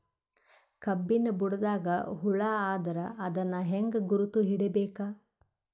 ಕಬ್ಬಿನ್ ಬುಡದಾಗ ಹುಳ ಆದರ ಅದನ್ ಹೆಂಗ್ ಗುರುತ ಹಿಡಿಬೇಕ?